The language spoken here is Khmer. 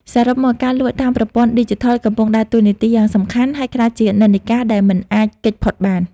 សរុបមក ការលក់តាមប្រព័ន្ធឌីជីថលកំពុងដើរតួនាទីយ៉ាងសំខាន់ ហើយក្លាយជានិន្នាការដែលមិនអាចគេចផុតបាន។